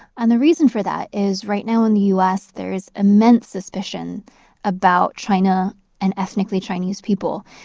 and the reason for that is right now in the u s, there is immense suspicion about china and ethnically chinese people.